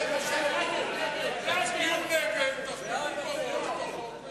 ההצעה להעביר את הצעת חוק יסודות התקציב (תיקון,